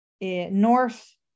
north